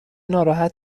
ناراحت